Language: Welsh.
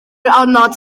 anad